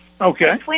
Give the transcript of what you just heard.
Okay